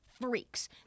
freaks